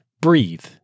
breathe